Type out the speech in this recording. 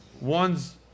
One's